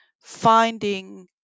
finding